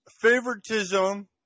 favoritism